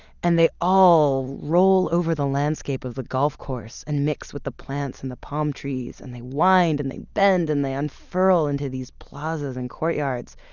and they all roll over the landscape of a golf course and mixed with the plants and the palm trees, and they wind and they bend and they unfurl into these plazas and courtyards,